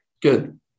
Good